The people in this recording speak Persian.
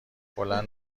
بلند